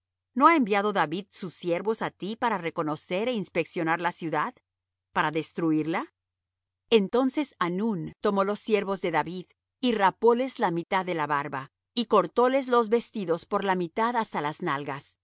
no ha enviado david sus siervos á ti por reconocer é inspeccionar la ciudad para destruirla entonces hanún tomó los siervos de david y rapóles la mitad de la barba y cortóles los vestidos por la mitad hasta las nalgas